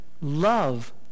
love